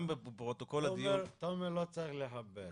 גם בפרוטוקול הדיון -- תומר לא צריך לחפש,